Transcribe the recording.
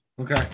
Okay